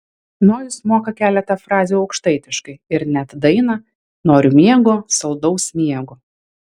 nojus moka keletą frazių aukštaitiškai ir net dainą noriu miego saldaus miego